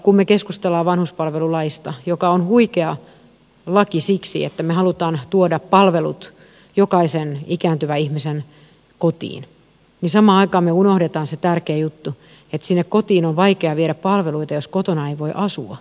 kun me keskustelemme vanhuspalvelulaista joka on huikea laki siksi että me haluamme tuoda palvelut jokaisen ikääntyvän ihmisen kotiin niin samaan aikaan me unohdamme sen tärkeän jutun että sinne kotiin on vaikea viedä palveluita jos kotona ei voi asua